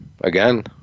again